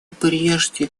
прежде